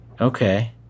Okay